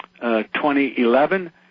2011